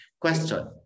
question